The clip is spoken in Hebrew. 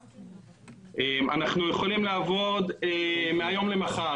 כולם נדרשים בשביל להגיע למלאי הנדרש ב-2040.